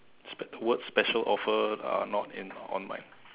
what special offer are not in on mine